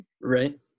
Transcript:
right